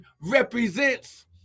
represents